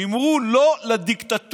אמרו לא לדיקטטורה.